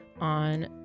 on